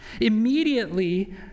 Immediately